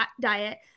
diet